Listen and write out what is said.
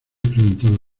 preguntado